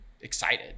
excited